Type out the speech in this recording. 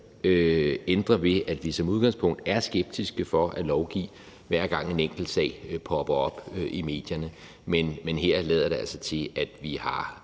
ændre ved, at vi som udgangspunkt er skeptiske over for at lovgive, hver gang en enkelt sag popper op i medierne, men her lader det altså til, at vi har